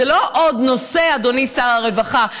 זה לא עוד נושא, אדוני שר הרווחה.